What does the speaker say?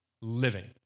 living